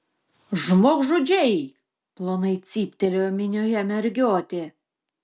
žmogžudžiai plonai cyptelėjo minioje mergiotė